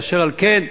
אשר על כן,